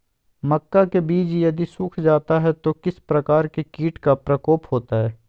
मक्का के बिज यदि सुख जाता है तो किस प्रकार के कीट का प्रकोप होता है?